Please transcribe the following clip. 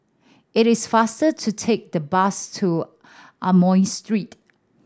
it is faster to take the bus to Amoy Street